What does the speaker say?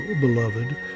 beloved